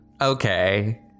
Okay